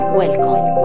welcome